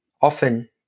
Often